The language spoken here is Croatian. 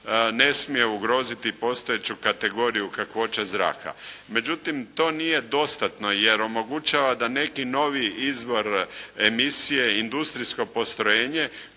ne smije ugroziti postojeću kategoriju kakvoće zraka. Međutim to nije dostatno jer omogućava da neki novi izvor emisije, industrijsko postrojenje